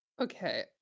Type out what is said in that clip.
Okay